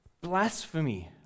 blasphemy